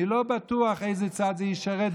אני לא בטוח איזה צד זה ישרת,